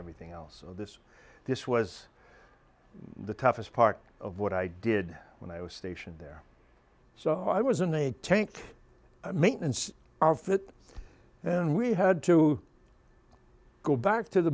everything else of this this was the toughest part of what i did when i was stationed there so i was in a tank maintenance are fit and we had to go back to the